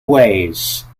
ways